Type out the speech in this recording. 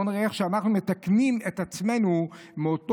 בואו נראה איך אנחנו מתקנים את עצמנו מאותו